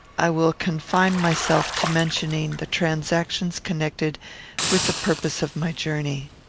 i will confine myself to mentioning the transactions connected with the purpose of my journey.